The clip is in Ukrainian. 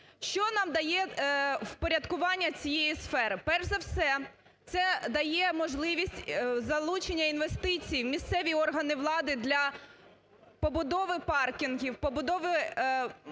Що нам дає впорядкування цієї сфери? Перш за все це дає можливість залучення інвестицій в місцеві органи влади для побудови паркінгів, побудови